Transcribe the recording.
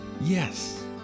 Yes